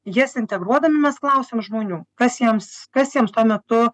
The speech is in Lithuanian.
jas integruodami mes klausiam žmonių kas jiems kas jiems tuo metu